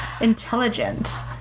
intelligence